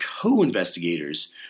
co-investigators